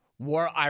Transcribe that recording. War